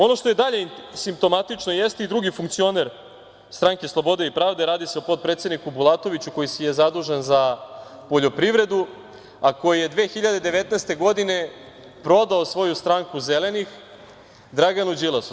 Ono što je dalje simptomatično jeste i drugi funkcioner stranke Slobode i pravde, radi se o potpredsedniku Bulatoviću koji je zadužen za poljoprivredu, a koji je 2019. godine prodao svoju stranku Zelenih, Draganu Đilasu.